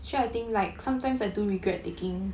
sure I think like sometimes I do regret taking